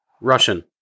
Russian